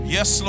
Yes